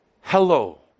Hello